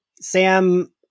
Sam